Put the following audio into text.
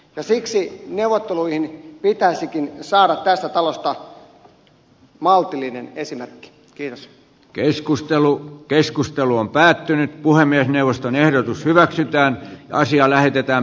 siksi neuvotteluihin pitäisikin saada tästä talosta maltillinen esimerkki kiivas keskustelu keskustelu on päättynyt puhemiesneuvoston ehdotus hyväksytään naisia lähetetään